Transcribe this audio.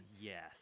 yes